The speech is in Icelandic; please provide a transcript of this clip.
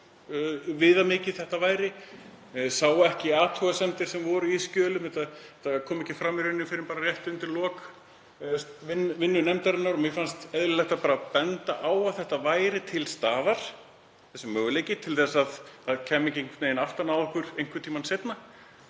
viðamikið þetta væri, sá ekki athugasemdir sem voru í skjölum, þetta kom ekki fram í rauninni fyrr en bara rétt undir lok vinnu nefndarinnar og mér fannst eðlilegt að benda á að þetta væri til staðar, þessi möguleiki, til að það kæmi ekki einhvern veginn aftan að okkur einhvern tímann seinna,